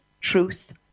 truth